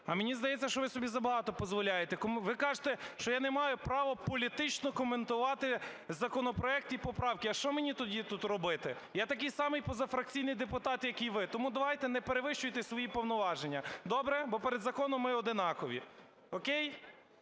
А мені здається, що ви собі забагато позволяєте. Ви кажете, що я не маю права політично коментувати в законопроекті поправки. А що мені тоді тут робити? Я такий самий позафракційний депутат, як і ви. Тому давайте не перевищуйте свої повноваження. Добре. Бо перед законом ми одинакові. O'кей?